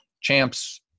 champs